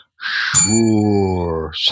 Sure